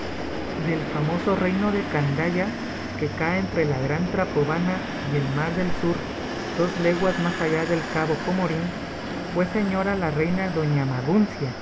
del famoso reino de candaya que cae entre la gran trapobana y el mar del sur dos leguas más allá del cabo comorín fue señora la reina doña